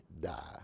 die